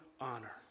honor